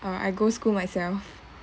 uh I go school myself